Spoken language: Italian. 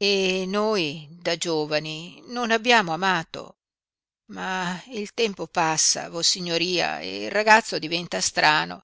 e noi da giovani non abbiamo amato ma il tempo passa vossignoria e il ragazzo diventa strano